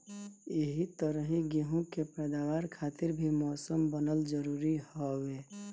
एही तरही गेंहू के पैदावार खातिर भी मौसम बनल जरुरी हवे